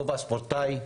כובע ספורטאי,